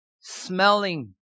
smelling